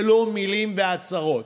ולא מילים והצהרות.